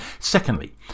Secondly